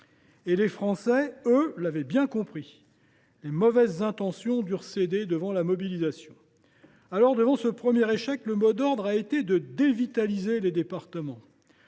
! Les Français, eux, l’avaient bien compris. Les mauvaises intentions durent céder devant la mobilisation… Devant ce premier échec, le mot d’ordre a été de « dévitaliser » les départements,